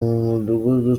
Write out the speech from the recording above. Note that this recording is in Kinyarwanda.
mudugudu